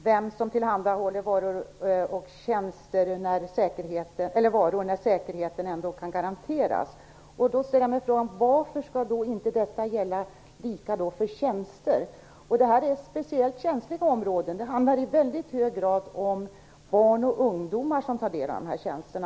Fru talman! Anders Ygeman sade att det egentligen inte spelar någon roll vem som tillhandahåller varor när säkerheten ändå kan garanteras. Jag ställer mig då frågan varför detta inte skall gälla också för tjänster. Det gäller här speciellt känsliga områden. Det är i väldigt hög grad barn och ungdomar som utnyttjar dessa tjänster.